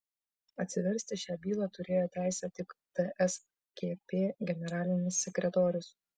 atsiversti šią bylą turėjo teisę tik tskp generalinis sekretorius